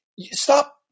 Stop